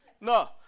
no